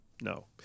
No